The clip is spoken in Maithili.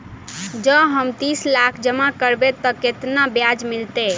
जँ हम तीस लाख जमा करबै तऽ केतना ब्याज मिलतै?